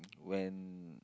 when